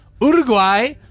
Uruguay